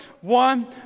one